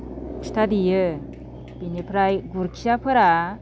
फिथा देयो बिनिफ्राय गुरखियाफोरा